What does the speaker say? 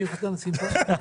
אני חתן השמחה?